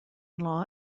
law